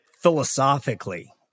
philosophically